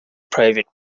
private